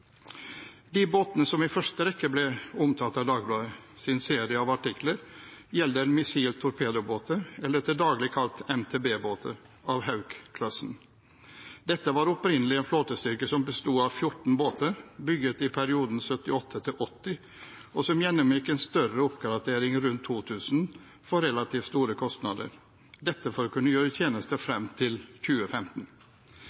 De båtene som i første rekke ble omtalt av Dagbladets serie av artikler, gjelder missiltorpedobåter, eller til daglig kalt MTB-er, av Hauk-klassen. Dette var opprinnelig en flåtestyrke som besto av 14 båter, bygget i perioden 1978–80, som gjennomgikk en større oppgradering rundt 2000 for relativt store kostnader, dette for å kunne gjøre